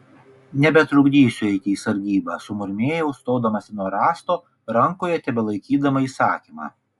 nebetrukdysiu eiti sargybą sumurmėjau stodamasi nuo rąsto rankoje tebelaikydama įsakymą